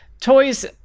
toys